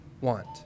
want